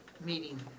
meeting